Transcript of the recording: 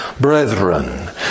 Brethren